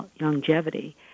longevity